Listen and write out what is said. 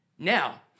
Now